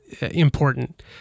important